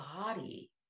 body